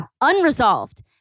unresolved